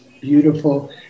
beautiful